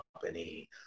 company